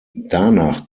danach